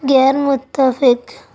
غیر متفق